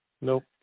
Nope